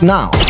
Now